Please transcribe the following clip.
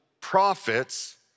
prophets